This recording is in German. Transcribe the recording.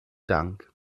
dank